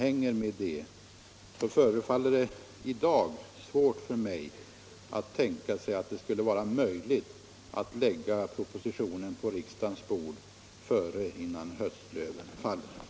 Är statsrådet beredd medge att även assyrier, som kommit till Sverige på andra pass än turkiska, ges arbetsoch uppehållstillstånd?